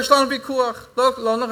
יש לנו ויכוח, לא נורא.